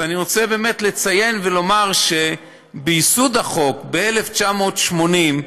ואני רוצה באמת לציין ולומר שביסוד החוק, ב-1980,